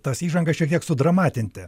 tas įžangas šiek tiek sudramatinti